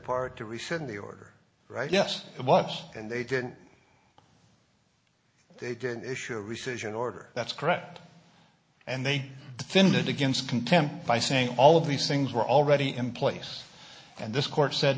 park to rescind the order right yes it was and they didn't they didn't issue a recession order that's correct and they tended against contempt by saying all of these things were already in place and this court said